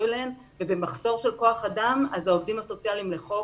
להם ובמחסור של כוח אדם העובדים הסוציאליים לחוק,